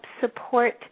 support